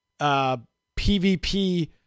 PvP